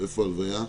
""": (ו)